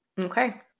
Okay